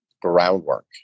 groundwork